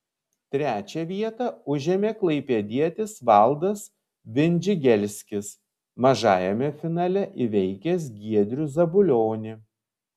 trečią vietą užėmė klaipėdietis valdas vindžigelskis mažajame finale įveikęs giedrių zabulionį